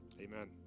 amen